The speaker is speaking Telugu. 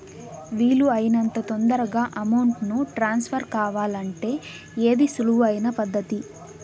వీలు అయినంత తొందరగా అమౌంట్ ను ట్రాన్స్ఫర్ కావాలంటే ఏది సులువు అయిన పద్దతి